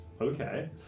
Okay